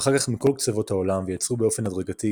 ואחר כך מכל קצוות העולם ויצרו באופן הדרגתי